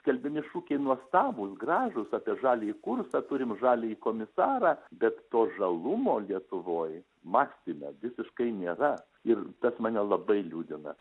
skelbiami šūkiai nuostabūs gražūs apie žaliąjį kursą turim žaliąjį komisarą bet to žalumo lietuvoj mąstyme visiškai nėra ir tas mane labai liūdina